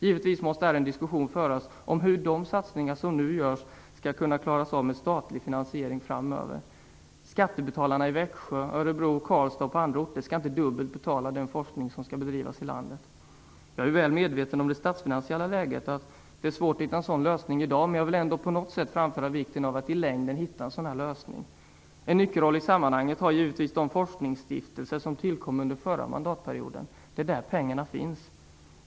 Givetvis måste här föras en diskussion om hur de satsningar som nu görs skall kunna klaras av med statlig finansiering framöver. Skattebetalarna i Växjö, Örebro, Karlstad och på andra orter skall inte dubbelt betala den forskning som skall bedrivas i landet. Jag är väl medveten om det statsfinansiella läget och att det svårt att hitta en sådan lösning i dag, men jag vill ändå på något sätt framföra vikten av att i längden hitta en sådan lösning. En nyckelroll i sammanhanget har givetvis de forskningsstiftelser som tillkom under den förra mandatperioden. Det är där pengarna finns.